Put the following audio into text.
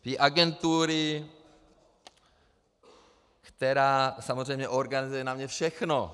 Té agentury, která samozřejmě organizuje na mě všechno.